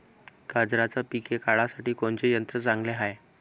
गांजराचं पिके काढासाठी कोनचे यंत्र चांगले हाय?